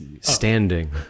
standing